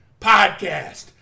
Podcast